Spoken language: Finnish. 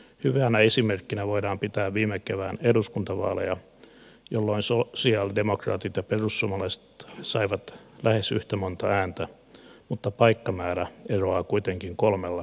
hyvänä esimerkkinä voidaan pitää viime kevään eduskuntavaaleja jolloin sosialidemokraatit ja perussuomalaiset saivat lähes yhtä monta ääntä mutta paikkamäärä eroaa kuitenkin kolmella kansanedustajalla